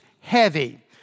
heavy